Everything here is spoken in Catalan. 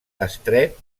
estret